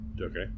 okay